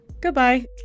goodbye